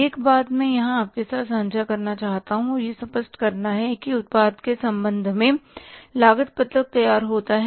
एक बात मैं यहां आपके साथ साझा करना चाहता हूं और यह स्पष्ट करना है कि उत्पाद के संबंध में लागत पत्रक तैयार होता है